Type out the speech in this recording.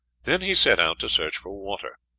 then he set out to search for water.